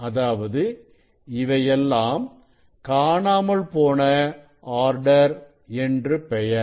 அதாவது இவையெல்லாம் காணாமல் போன ஆர்டர் என்று பெயர்